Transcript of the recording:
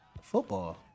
Football